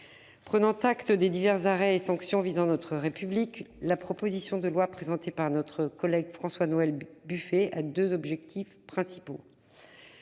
Prenant acte des divers arrêts et sanctions visant notre République, la proposition de loi présentée par notre collègue François-Noël Buffet a deux objets principaux